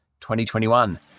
2021